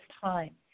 time